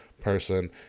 person